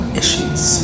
issues